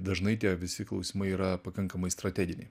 dažnai tie visi klausimai yra pakankamai strateginiai